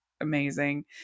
amazing